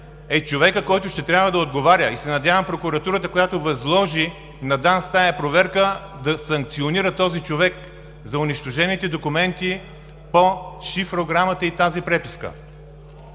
е човекът, който ще трябва да отговаря. Надявам се прокуратурата, която възложи на ДАНС тази проверка, да санкционира този човек за унищожените документи по шифрограмата и тази преписка.